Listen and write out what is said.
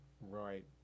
Right